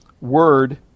word